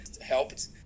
helped